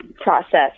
process